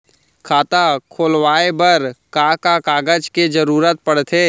खाता खोलवाये बर का का कागज के जरूरत पड़थे?